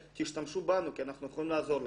תשתמשו בנו כי אנחנו יכולים לעזור לכם.